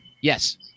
Yes